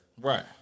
Right